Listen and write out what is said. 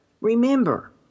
remember